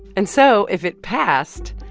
and so if it passed,